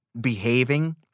behaving